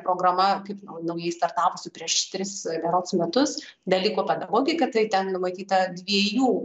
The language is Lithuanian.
programa kaip naujai startavusi prieš tris berods metus dalyko pedagogika tai ten numatyta dviejų